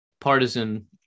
partisan